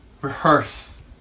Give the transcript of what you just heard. rehearse